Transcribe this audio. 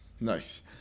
nice